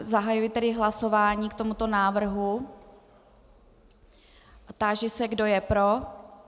Zahajuji tedy hlasování k tomuto návrhu a táži se, kdo je pro.